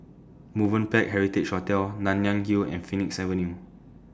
Movenpick Heritage Hotel Nanyang Hill and Phoenix Avenue